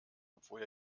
obwohl